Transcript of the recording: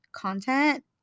content